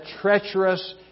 treacherous